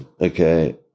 okay